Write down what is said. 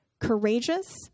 courageous